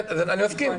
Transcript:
אני מסכים,